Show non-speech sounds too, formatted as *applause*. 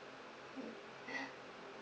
*laughs*